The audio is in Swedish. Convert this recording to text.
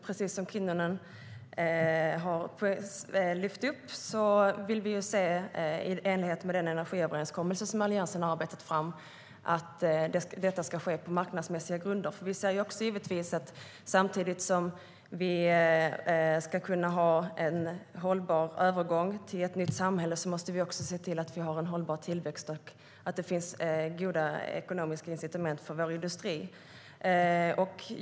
Precis som Kinnunen har lyft upp vill vi att arbetet ska ske i enlighet med den energiöverenskommelse som Alliansen har arbetat fram, det vill säga på marknadsmässiga grunder. Samtidigt som det ska finnas en hållbar övergång till ett nytt samhälle måste det finnas en hållbar tillväxt och goda ekonomiska incitament för vår industri.